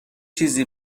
چیزی